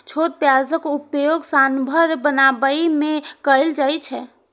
छोट प्याजक उपयोग सांभर बनाबै मे कैल जाइ छै